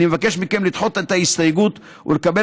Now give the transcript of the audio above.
אני מבקש מכם לדחות את ההסתייגות ולקבל